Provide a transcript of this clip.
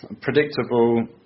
Predictable